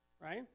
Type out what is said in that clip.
right